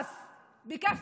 די,